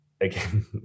again